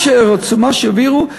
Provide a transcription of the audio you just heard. מה שהעבירו,